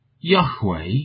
Yahweh